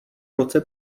roce